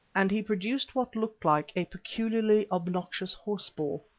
and he produced what looked like a peculiarly obnoxious horseball.